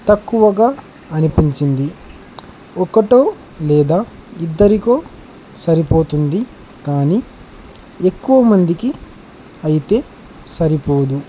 తక్కువగా అనిపించింది ఒకరికో లేదా ఇద్దరికో సరిపోతుంది కానీ ఎక్కువ మందికి అయితే సరిపోదు